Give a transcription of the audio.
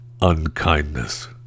unkindness